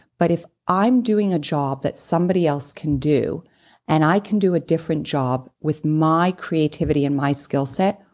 but if i'm doing a job that somebody else can do and i can do a different job with my creativity and my skill set,